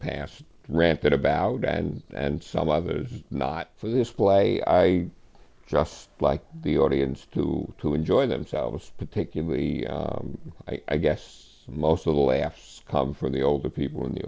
past ranted about and and some of it not for this play i just like the audience to to enjoy themselves particularly i guess most of the laughs come from the older people in the